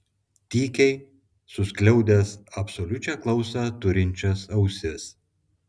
tykiai suskliaudęs absoliučią klausą turinčias ausis